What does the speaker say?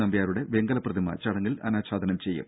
നമ്പ്യാരുടെ വെങ്കല പ്രതിമ ചടങ്ങിൽ അനാച്ഛാദനം ചെയ്യും